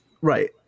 right